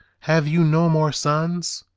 have you no more sons?